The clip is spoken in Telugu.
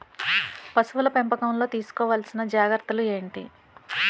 పశువుల పెంపకంలో తీసుకోవల్సిన జాగ్రత్తలు ఏంటి?